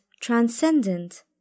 transcendent